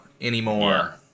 anymore